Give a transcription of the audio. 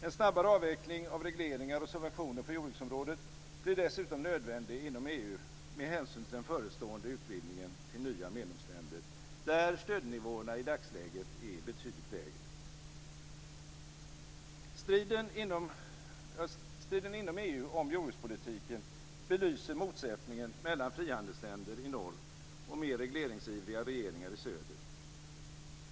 En snabbare avveckling av regleringar och subventioner på jordbruksområdet blir dessutom nödvändig inom EU med hänsyn till den förestående utvidgningen till nya medlemsländer, där stödnivåerna i dagsläget är betydligt lägre. Striden inom EU om jordbrukspolitiken belyser motsättningen mellan frihandelsländer i norr och mer regleringsivriga regeringar i söder.